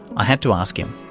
i had to ask him,